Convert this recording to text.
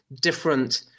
different